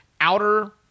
outer